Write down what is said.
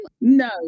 No